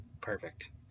perfect